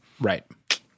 Right